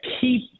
keep